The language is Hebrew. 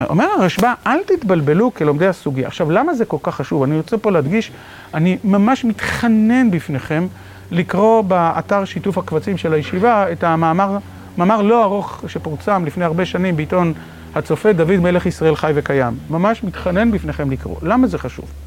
אומר הרשבה, אל תתבלבלו כלומדי הסוגיה. עכשיו, למה זה כל כך חשוב? אני רוצה פה להדגיש, אני ממש מתכנן בפניכם לקרוא באתר שיתוף הקבצים של הישיבה את המאמר, מאמר לא ארוך שפורצם לפני הרבה שנים בעיתון הצופה, דוד מלך ישראל חי וקיים. ממש מתכנן בפניכם לקרוא. למה זה חשוב?